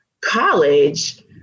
college